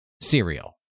cereal